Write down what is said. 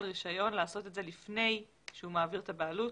רישיון לעשות את זה לפני שהוא מעביר את הבעלות.